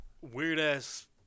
weird-ass –